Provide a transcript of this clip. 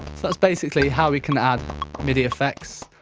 that's basically how we can add midi effects,